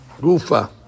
Gufa